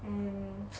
and